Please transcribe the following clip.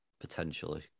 potentially